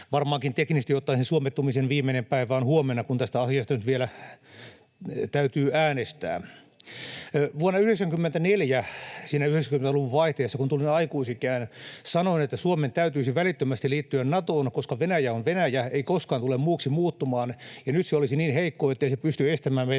Varmaankin teknisesti ottaen se suomettumisen viimeinen päivä on huomenna, kun tästä asiasta nyt vielä täytyy äänestää. Vuonna 94, siinä 90-luvun vaihteessa, kun tulin aikuisikään, sanoin, että Suomen täytyisi välittömästi liittyä Natoon, koska Venäjä on Venäjä, ei koskaan tule muuksi muuttumaan, ja nyt se olisi niin heikko, ettei se pysty estämään meidän